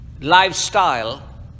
Lifestyle